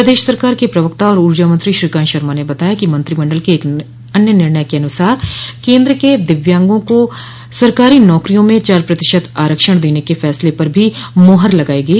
प्रदेश सरकार के प्रवक्ता और ऊर्जा मंत्री श्रीकांत शर्मा ने बताया कि मंत्रिमंडल के एक अन्य निर्णय के अनुसार केन्द्र के दिव्यांगों को सरकारी नौकरियों में चार प्रतिशत आरक्षण देने के फैसले पर भी मोहर लगाई गई